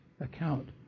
account